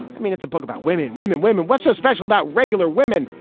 i mean, it's a book about women, women, women. what's so special about regular women?